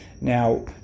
Now